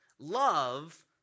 love